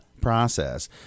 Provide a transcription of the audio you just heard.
process